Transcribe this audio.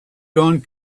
gone